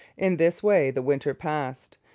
in this way the winter passed.